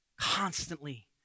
Constantly